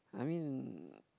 I mean